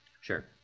sure